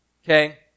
Okay